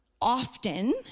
often